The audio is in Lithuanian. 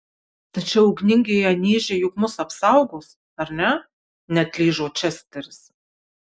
tačiau ugningieji anyžiai juk mus apsaugos ar ne neatlyžo česteris